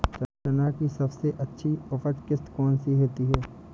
चना की सबसे अच्छी उपज किश्त कौन सी होती है?